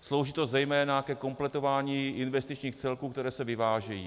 slouží to zejména ke kompletování investičních celků, které se vyvážejí.